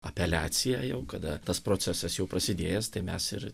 apeliacija jau kada tas procesas jau prasidėjęs tai mes ir